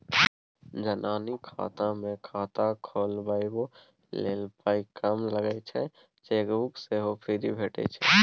जनानी खाता मे खाता खोलबाबै लेल पाइ कम लगै छै चेकबुक सेहो फ्री भेटय छै